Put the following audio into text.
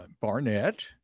Barnett